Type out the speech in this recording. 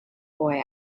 boy